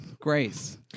grace